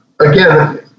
again